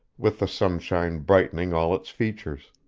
with the sunshine brightening all its features.